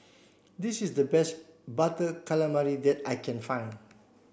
this is the best butter calamari that I can find